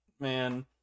man